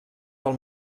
del